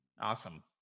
Awesome